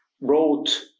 wrote